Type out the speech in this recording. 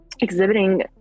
exhibiting